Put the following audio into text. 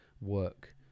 work